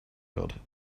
code